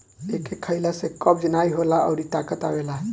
एके खइला से कब्ज नाइ होला अउरी ताकत आवेला